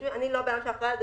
אני לא הבן אדם שאחראי על זה,